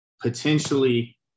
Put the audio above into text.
potentially